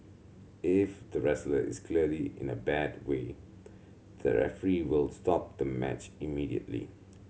if the wrestler is clearly in a bad way the referee will stop the match immediately